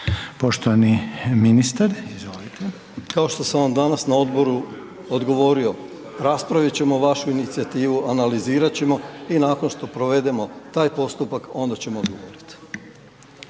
Dražen (HDZ)** Kao što sam vam danas na odboru odgovorio, raspravit ćemo vašu inicijativu, analizirat ćemo i nakon što provedemo taj postupak onda ćemo odgovoriti.